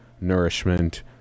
nourishment